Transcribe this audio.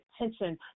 attention